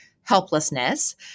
helplessness